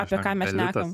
apie ką mes šnekam